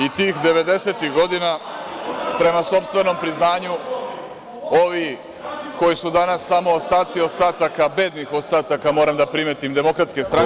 I tih 90-ih godina, prema sopstvenom priznanju, ovi koji su danas samo ostaci ostataka, bednih ostataka, moram da primetim, Demokratske stranke…